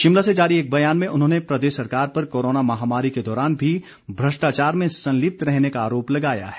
शिमला से जारी एक बयान में उन्होंने प्रदेश सरकार पर कोरोना महामारी के दौरान भी भ्रष्टाचार में संलिप्त रहने का आरोप लगाया है